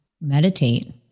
meditate